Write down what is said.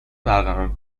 برقرار